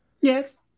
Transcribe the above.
Yes